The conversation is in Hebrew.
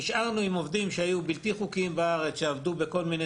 נשארנו עם עובדים שהיו בלתי חוקיים בארץ שעבדו בכל מיני